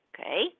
Okay